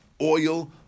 oil